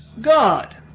God